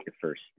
first